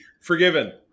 forgiven